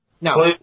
No